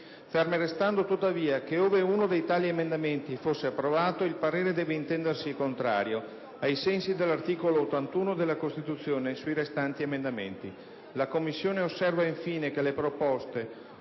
fermo restando tuttavia che ove uno di tali emendamenti fosse approvato, il parere deve intendersi contrario, ai sensi dell'articolo 81 della Costituzione sui restanti emendamenti. La Commissione osserva infine che le proposte